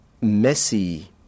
messy